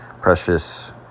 precious